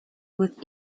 with